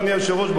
אדוני היושב-ראש,